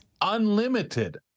unlimited